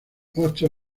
ocho